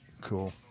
Cool